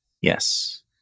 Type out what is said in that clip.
Yes